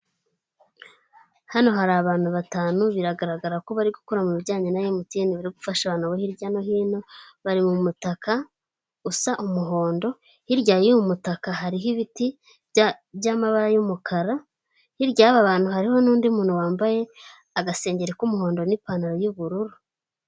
Hano hari abantu batanu biragaragara ko bari gukora mu bijyanye na emutiyeni bari gufasha abantu hirya no hino, bari mu mutaka, usa umuhondo, hirya y'umutaka hariho ibiti bya by'amabara y'umukara, hirya yaba bantuhariho nundi muntu wambaye agasengengeri k'umuhondo n'ipantaro y'ubururu.